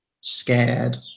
scared